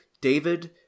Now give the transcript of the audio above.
David